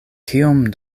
kiom